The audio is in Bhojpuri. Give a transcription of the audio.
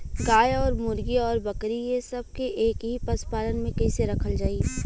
गाय और मुर्गी और बकरी ये सब के एक ही पशुपालन में कइसे रखल जाई?